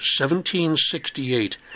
1768